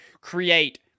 create